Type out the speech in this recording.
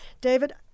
David